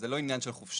זה לא עניין של חופשה,